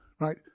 right